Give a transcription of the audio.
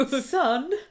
son